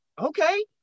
Okay